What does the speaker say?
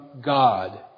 God